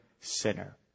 sinner